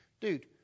dude